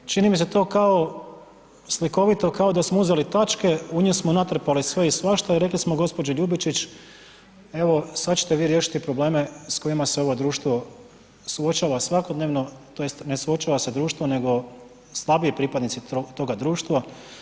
Čini mi se to kao slikovito kao da smo uzeli tačke, u njih smo natrpali sve i svašta i rekli smo gđi. Ljubičić evo, sad ćete vi riješiti probleme s kojima se ovo društvo suočava svakodnevno, tj. ne suočava se društvo nego slabiji pripadnici toga društva.